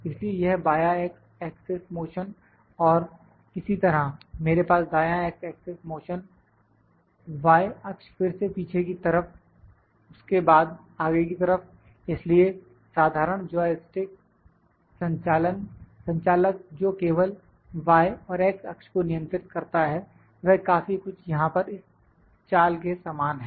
इसलिए यह बाया x एक्सेस मोशन और इसी तरह मेरे पास दाया x एक्सेस मोशन y अक्ष फिर से पीछे की तरफ उसके बाद आगे की तरफ इसलिए साधारण जॉय स्टिक संचालक जो केवल y और x अक्ष को नियंत्रित करता है वह काफी कुछ यहां पर इस चाल के समान है